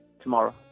tomorrow